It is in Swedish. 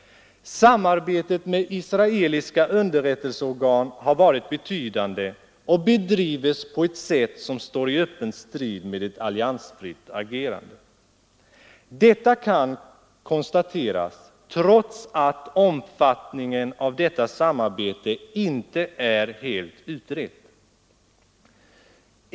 Samarbetet med israeliska underrättelseorgan har varit betydande och bedrivits på ett sätt som står i öppen strid med ett alliansfritt agerande. Detta kan konstateras trots att omfatt ningen av detta samarbete inte är helt utredd.